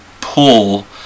pull